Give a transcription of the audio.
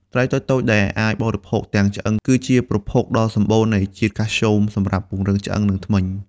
ត្រីតូចៗដែលអាចបរិភោគទាំង ឆ្អឹង គឺជាប្រភពដ៏សម្បូរនៃជាតិកាល់ស្យូមសម្រាប់ពង្រឹងឆ្អឹង និងធ្មេញ។